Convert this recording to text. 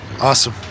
Awesome